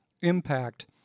impact